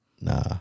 Nah